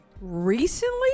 Recently